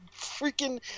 freaking